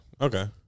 Okay